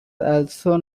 also